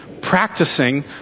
practicing